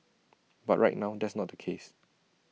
but right now that's not the case